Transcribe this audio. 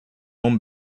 home